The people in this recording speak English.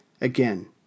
again